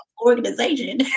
organization